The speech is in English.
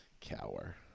Cower